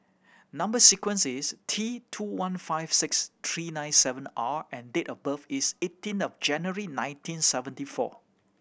number sequence is T two one five six three nine seven R and date of birth is eighteen of January nineteen seventy four